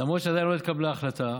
למרות שעדיין לא התקבלה החלטה,